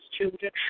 children